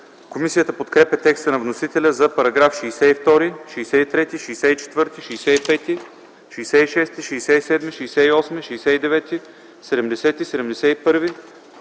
Комисията подкрепя текста на вносителя за параграфи 62, 63, 64, 65, 66, 67, 68, 69, 70, 71,